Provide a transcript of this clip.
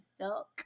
Silk